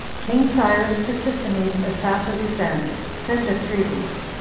king cyrus to sisinnes and sathrabuzanes sendeth greeting.